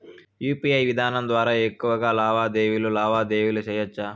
UPI విధానం ద్వారా ఎక్కువగా లావాదేవీలు లావాదేవీలు సేయొచ్చా?